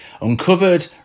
uncovered